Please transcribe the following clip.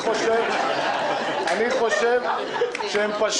אני חושב שהם פשוט